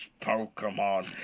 Pokemon